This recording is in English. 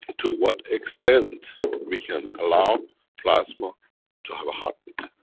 to what extent we can allow plasma to have a heartbeat,